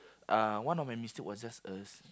uh one of my mistake was just a